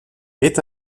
est